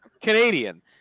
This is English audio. Canadian